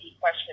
question